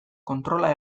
kontrola